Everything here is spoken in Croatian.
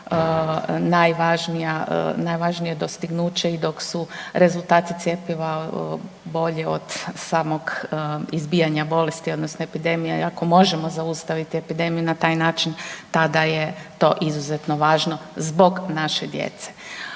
najvažnije dostignuće i dok su rezultati cjepiva bolji od samog izbijanja bolesti odnosno epidemije i ako možemo zaustaviti epidemiju na taj način tada je to izuzetno važno zbog naše djece.